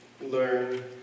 learn